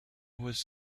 was